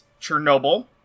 Chernobyl